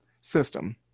system